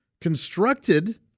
constructed